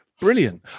brilliant